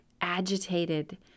agitated